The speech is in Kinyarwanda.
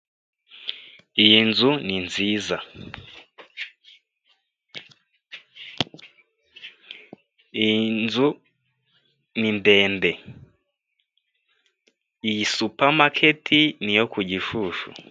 Iyi nzu ni nziza, iyi nzu ni ndende, iyi supermarket ni iyo ku Gishushu.